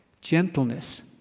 gentleness